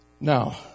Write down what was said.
Now